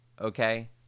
Okay